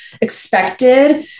expected